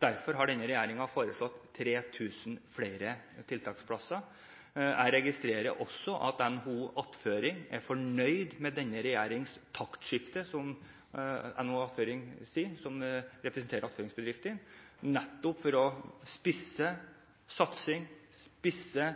Derfor har denne regjeringen foreslått 3 000 flere tiltaksplasser. Jeg registrerer at Attføringsbedriftene i NHO – som representerer attføringsbedriftene – sier de er fornøyd med denne regjeringens taktskifte, nettopp å spisse satsing, spisse